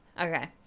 Okay